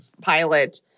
pilot